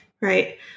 Right